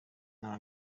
nta